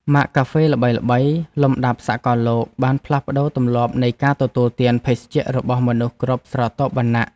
ម៉ាកកាហ្វេល្បីៗលំដាប់សកលលោកបានផ្លាស់ប្តូរទម្លាប់នៃការទទួលទានភេសជ្ជៈរបស់មនុស្សគ្រប់ស្រទាប់វណ្ណៈ។